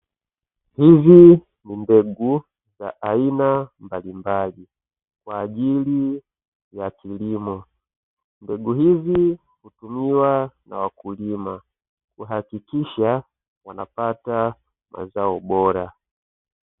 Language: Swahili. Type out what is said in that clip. Hizi ni mbegu za aina mbalimbali kwa ajili ya kilimo. Mbegu hizi hutumiwa na wakulima kuhakikisha wanapata mazao bora.